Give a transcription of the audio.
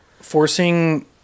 forcing